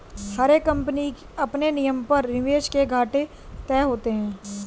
हर एक कम्पनी के अपने नियमों पर निवेश के घाटे तय होते हैं